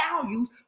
values